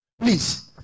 Please